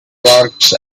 works